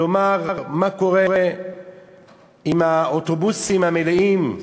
לומר: מה קורה עם האוטובוסים המלאים,